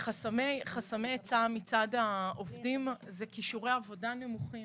חסמי היצע מצד העובדים זה כישורי עבודה נמוכים.